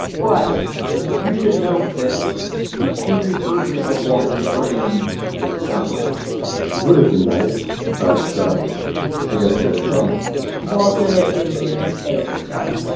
but you should know that the angry version of walter schramm sounds like this it would have been nice, but i guess that's gone walter is very chill.